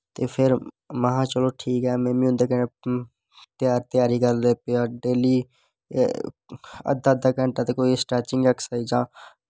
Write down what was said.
ते फिर महां ठीक ऐ में बी उंदे कन्नै त्यारी करन लगी पेआ डेल्ली अध्दा अध्दा घैंटा ते स्टैचिंग ऐक्सर्साईज़ जां